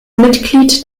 mitglied